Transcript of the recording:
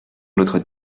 notre